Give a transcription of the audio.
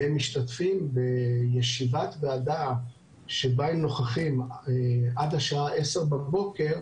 והם משתתפים בישיבת ועדה שבהם נוכחים עד השעה 10:00 בבוקר,